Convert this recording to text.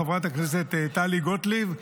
חברת הכנסת טלי גוטליב,